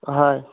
হয়